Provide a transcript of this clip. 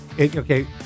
Okay